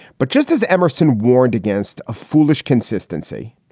but just as emmerson warned against a foolish consistency,